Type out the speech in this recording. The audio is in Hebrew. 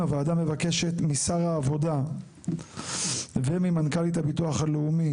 4. הוועדה מבקשת משר העבודה וממנכ"לית הביטוח הלאומי